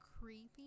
creepy